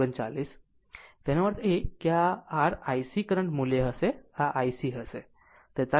આમ તેનો અર્થ એ કે r IC કરંટ મુલ્ય હશે આ IC હશે 43